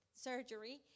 surgery